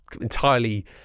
entirely